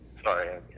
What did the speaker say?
Sorry